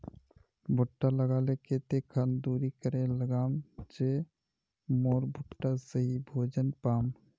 भुट्टा लगा ले कते खान दूरी करे लगाम ज मोर भुट्टा सही भोजन पाम?